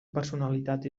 personalitat